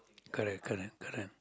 correct correct correct